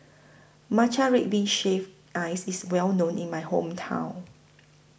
Matcha Red Bean Shaved Ice IS Well known in My Hometown